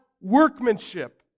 workmanship